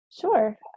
Sure